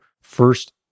first